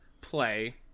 play